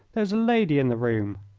there is a lady in the room.